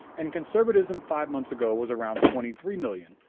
and conservatism five months ago was around twenty three million.